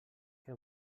què